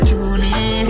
Julie